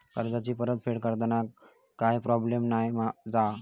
कर्जाची फेड करताना काय प्रोब्लेम नाय मा जा?